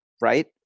right